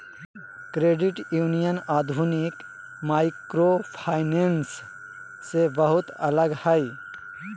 credit union आधुनिक microfinance से बहुते अलग हय